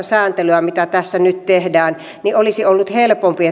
sääntelyä mitä tässä nyt tehdään olisi ollut helpompi